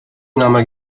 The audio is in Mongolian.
намайг